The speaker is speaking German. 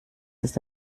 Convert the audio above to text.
ist